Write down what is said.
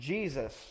Jesus